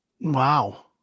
Wow